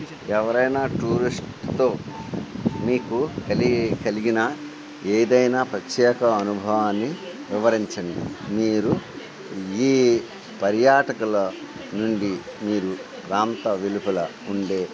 ఎవరైనా టూరిస్ట్తో మీకు కలి కలిగిన ఏదైనా ప్రత్యేక అనుభవాన్ని వివరించండి మీరు ఈ పర్యాటకుల నుండి మీరు ప్రాంత వెలుపల ఉండే